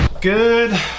Good